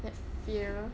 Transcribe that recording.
that fear